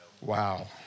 Wow